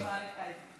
אני מעריכה את זה.